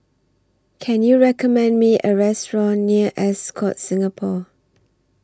Can YOU recommend Me A Restaurant near Ascott Singapore